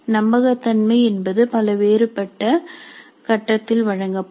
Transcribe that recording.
நம்பகத்தன்மை என்பது பல வேறுபட்ட கட்டத்தில் வழங்கப்படும்